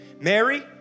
Mary